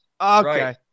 okay